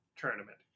Tournament